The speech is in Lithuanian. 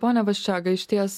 pone vaščega išties